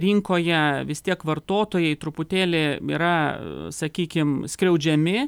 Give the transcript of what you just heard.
rinkoje vis tiek vartotojai truputėlį yra sakykim skriaudžiami